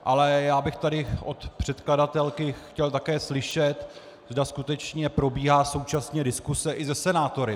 Ale já bych tady od předkladatelky chtěl také slyšet, zda skutečně probíhá současně diskuse i se senátory.